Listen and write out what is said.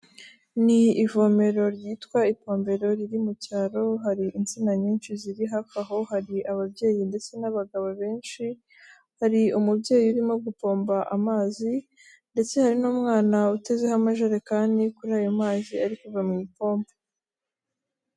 Ni ivomero ryitwa ipombero riri mu cyaro, hari insina nyinshi ziri hafi aho, hari ababyeyi ndetse n'abagabo benshi, hari umubyeyi urimo gutomba amazi ndetse hari n'umwana utezeho amajerekani kuri ayo mazi ari kuva mu ipombo.